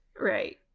Right